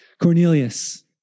Cornelius